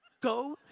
go,